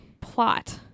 plot